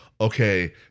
okay